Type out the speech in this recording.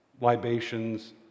libations